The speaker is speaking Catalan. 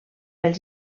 els